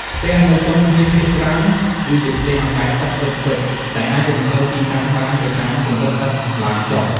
ផ្ទះនៅ ចុងឃ្នាស ភាគច្រើនគឺជាផ្ទះអណ្ដែតទឹកពិតៗ ដែលអាចរំកិលទីតាំងបានទៅតាមកម្រិតទឹកឡើងចុះ។